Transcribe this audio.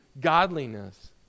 godliness